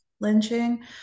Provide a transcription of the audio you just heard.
lynching